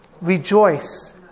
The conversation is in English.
rejoice